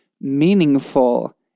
meaningful